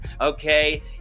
Okay